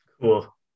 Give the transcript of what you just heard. Cool